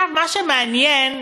מה שמעניין,